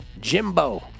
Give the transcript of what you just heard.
Jimbo